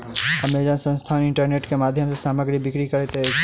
Amazon संस्थान internet के माध्यम सॅ सामग्री बिक्री करैत अछि